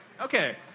Okay